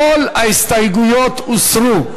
כל ההסתייגויות הוסרו.